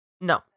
No